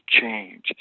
change